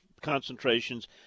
concentrations